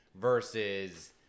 versus